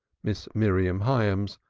miss miriam hyams,